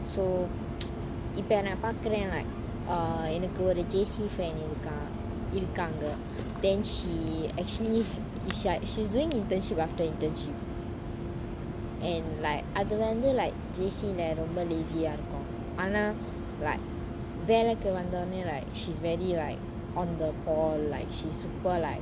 so இப்ப என்ன பாக்குறான்:ipa enna paakuran like err J_C friend இருக்கான் இருகாங்க:irukan irukanga then she actually it's like she's doing internship after internship and like அது வந்து:athu vanthu J_C ரொம்ப:romba lazy eh இருக்கும் ஆனா:irukum ana like வெள்ளைக்கி வந்த அப்புறம்:vellaiki vantha apram she's very like on the paw like she's super like